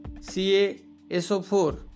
CaSO4